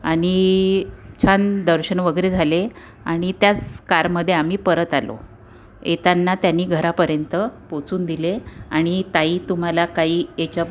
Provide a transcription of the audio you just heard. आणि छान दर्शन वगैरे झाले आणि त्याच कारमध्ये आम्ही परत आलो येताना त्यांनी घरापर्यंत पोचून दिले आणि ताई तुम्हाला काही याच्या